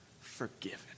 forgiven